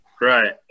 right